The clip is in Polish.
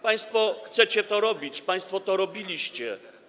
Państwo chcecie to robić, państwo to robiliście.